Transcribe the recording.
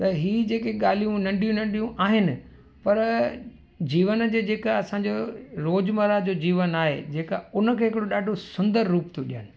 त हीअ जेके ॻाल्हियूं नंढियूं नंढियूं आहिनि पर जीवन जे जेका असांजो रोज़मरह जो जीवन आहे जेका उन खे हिकिड़ो ॾाढो सुंदरु रुप थो ॾियनि